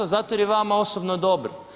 Zato jer je vama osobno dobro.